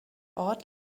ort